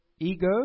Ego